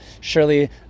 surely